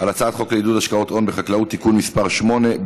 על הצעת חוק לעידוד השקעות הון בחקלאות (תיקון מס' 8),